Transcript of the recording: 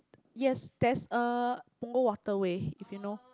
yes there's a Punggol Waterway if you know